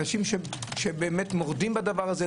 אנשים שבאמת מורדים בדבר הזה,